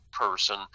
person